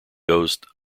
ghost